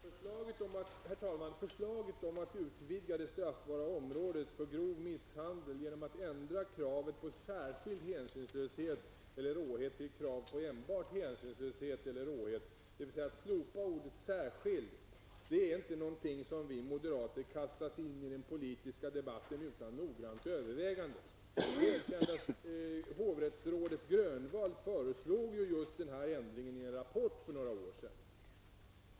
Herr talman! Förslaget om att utvidga det straffbara området för grov misshandel genom att ändra kravet på särskild hänsynslöshet eller råhet till ett krav på enbart hänsynslöshet eller råhet, d.v.s. att slopa ordet ''särskild'', är inte någonting som vi moderater kastat in i den politiska debatten utan noggrant övervägande. Hovrättsrådet Lars Grönwall föreslog för övrigt just den här ändringen i en rapport för några år sedan.